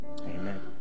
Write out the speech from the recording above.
Amen